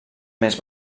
més